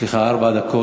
יש לך ארבע דקות.